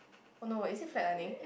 oh no is it flatlining